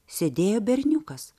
sėdėjo berniukas